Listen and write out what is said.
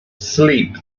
sleep